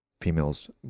females